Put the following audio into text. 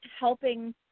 helping